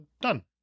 done